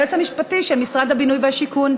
היועץ המשפטי של משרד הבינוי והשיכון,